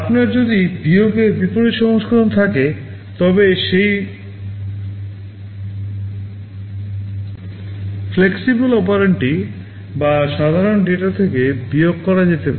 আপনার যদি বিয়োগের বিপরীত সংস্করণ থাকে তবে সেই flexible operand টি বা সাধারণ ডেটা থেকে বিয়োগ করা যেতে পারে